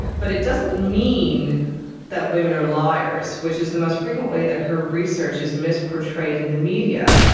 but it doesn't mean that women are liars, which is the most frequent way that her research is misportrayed in the media.